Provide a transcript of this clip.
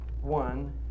one